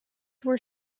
were